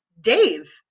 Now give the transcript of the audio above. Dave